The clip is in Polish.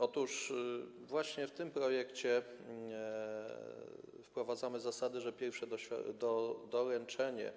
Otóż właśnie w tym projekcie wprowadzamy zasadę, że pierwsze doręczenie